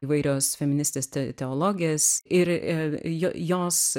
įvairios feministės te teologės ir jo jos